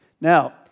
Now